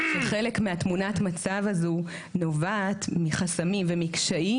שחלק מתמונת המצב הזו נובעת מחסמים ומקשיים